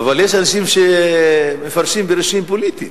יש אנשים שמפרשים פירושים פוליטיים,